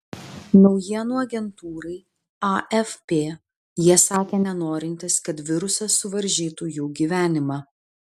naujienų agentūrai afp jie sakė nenorintys kad virusas suvaržytų jų gyvenimą